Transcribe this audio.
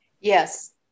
Yes